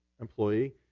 employee